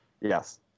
Yes